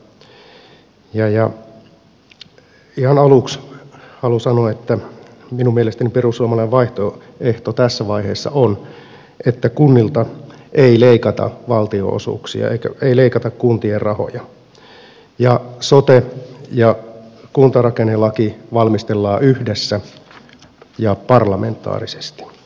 ihan aluksi haluan sanoa että minun mielestäni perussuomalainen vaihtoehto tässä vaiheessa on että kunnilta ei leikata valtionosuuksia ei leikata kuntien rahoja ja sote ja kuntarakennelaki valmistellaan yhdessä ja parlamentaarisesti